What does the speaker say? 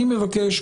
אני מבקש,